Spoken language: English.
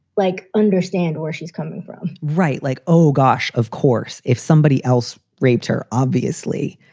like, understand where she's coming from right. like, oh, gosh. of course, if somebody else raped her, obviously,